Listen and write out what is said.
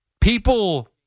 People